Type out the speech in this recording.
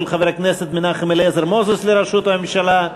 חבר הכנסת מנחם אליעזר מוזס לראשות הממשלה,